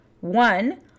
One